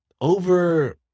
over